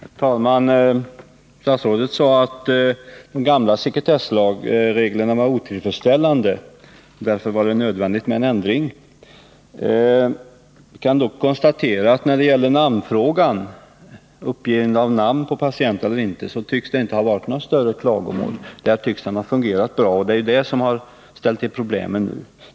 Herr talman! Statsrådet sade att de gamla sekretessreglerna var otillfredsställande och att det därför var nödvändigt med en ändring. Jag kan dock konstatera att när det gäller frågan om uppgivande av namn på patient tycks det inte ha förekommit några större klagomål, utan det verkar ha fungerat bra. Det är det som har ställt till problemen nu.